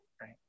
right